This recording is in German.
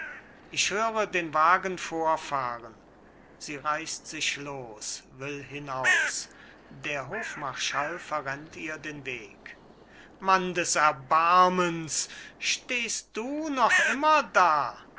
ich höre den wagen vorfahren sie reißt sich los will hinaus der hofmarschall verrennt ihr den weg mann des erbarmens stehst du noch immer da